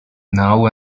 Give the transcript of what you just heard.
now